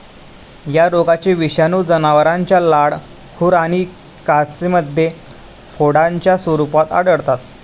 या रोगाचे विषाणू जनावरांच्या लाळ, खुर आणि कासेमध्ये फोडांच्या स्वरूपात आढळतात